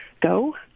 go